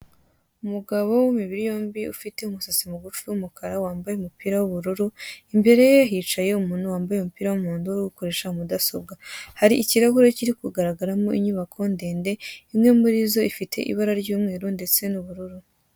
Umugabo w'imibiri yombi ufite umusatsi mu gufi w'umukara wambaye umupira w'ubururu, imbere ye hicaye umuntu wambaye umupira w'umuhondo uri gukoresha mudasobwa, hari ikirahure kiri kugaragaramo inyubako ndende imwe muri zo ifite ibara ry'umweru ndetse n'ubururu.